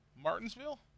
Martinsville